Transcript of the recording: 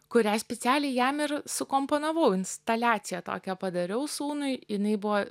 kurią specialiai jam ir sukomponavau instaliaciją tokią padariau sūnui jinai buvo